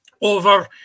over